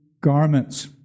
garments